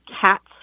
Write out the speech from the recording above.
cats